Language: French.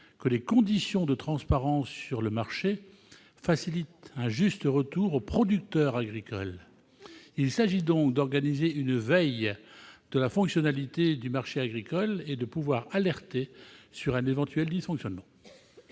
que les conditions de transparence sur le marché facilitent un juste retour au producteur agricole. Il s'agit donc d'organiser une veille de la fonctionnalité du marché agricole et de pouvoir alerter sur un éventuel dysfonctionnement.